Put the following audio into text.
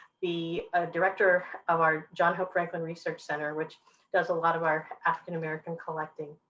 the director of our john hope franklin research center which does a lot of our african-american collecting,